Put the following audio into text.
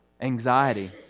anxiety